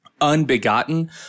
Unbegotten